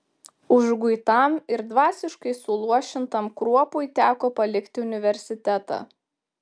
užguitam ir dvasiškai suluošintam kruopui teko palikti universitetą